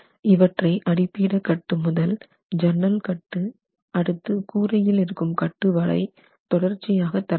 இவற்றை அடிப்பீட கட்டு முதல் சன்னல் கட்டு அடுத்து கூரையில் இருக்கும் கட்டு வரை தொடர்ச்சியாக தரவேண்டும்